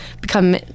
become